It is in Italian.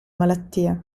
malattia